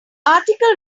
article